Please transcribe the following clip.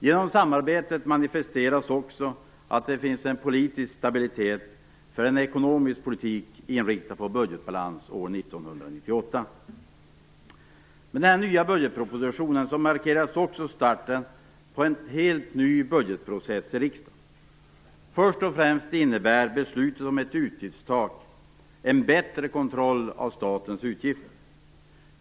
Genom samarbetet manifesteras också att det finns en politisk stabilitet för en ekonomisk politik inriktad på budgetbalans år 1998. Med den nya budgetpropositionen markeras också starten på en helt ny budgetprocess i riksdagen. Först och främst innebär beslutet om ett utgiftstak en bättre kontroll av statens utgifter.